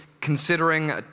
considering